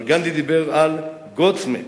אבל גנדי דיבר על "God's Map",